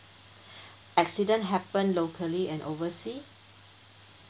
accident happen locally and oversea